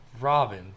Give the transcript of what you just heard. Robin